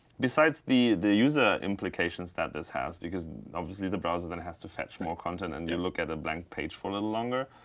besides the the user implications that this has, because obviously the browser then has to fetch more content and you look at a blank page for little longer,